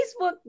Facebook